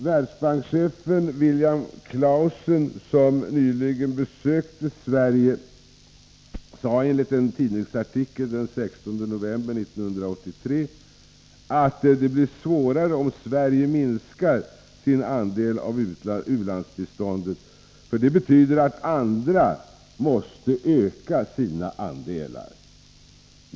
Världsbankschefen William Clausen, som nyligen besökte Sverige, sade enligt en tidningsartikel den 16 november 1983 att det blir svårare, om Sverige minskar sin andel av u-landsbiståndet, för det betyder att andra måste öka sina andelar.